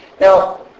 Now